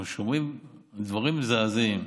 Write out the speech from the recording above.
אנחנו שומעים דברים מזעזעים.